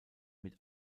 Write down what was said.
mit